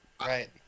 Right